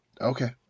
Okay